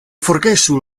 forgesu